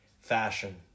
fashion